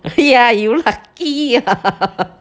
ya you lucky ah